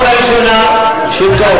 מי קיצץ?